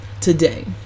today